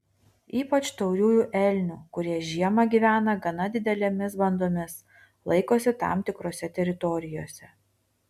ypač tauriųjų elnių kurie žiemą gyvena gana didelėmis bandomis laikosi tam tikrose teritorijose